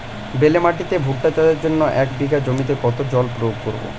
বেলে মাটিতে ভুট্টা চাষের জন্য এক বিঘা জমিতে কতো জল প্রয়োগ করব?